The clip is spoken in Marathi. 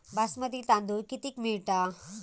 बासमती तांदूळ कितीक मिळता?